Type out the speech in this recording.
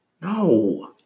No